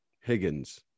Higgins